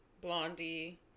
Blondie